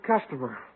customer